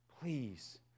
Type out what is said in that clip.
Please